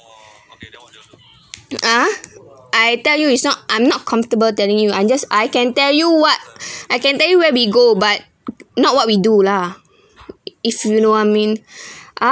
ah I tell you it's not I'm not comfortable telling you I'm just I can tell you what I can tell you where we go but not what we do lah if you know what I mean ah